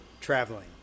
traveling